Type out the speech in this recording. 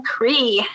Cree